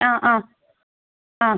ആ ആ ആ